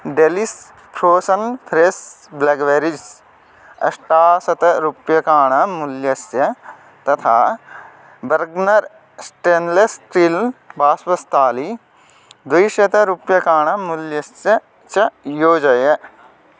डेलिस् frozen fresh blackberries अष्टाशतरूप्यकाणां मूल्यस्य तथा बर्ग्नर् स्टेन्लेस् स्टील् बास्वस्ताली द्विशतरूप्यकाणां मूल्यस्य च योजय